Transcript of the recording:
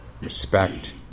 respect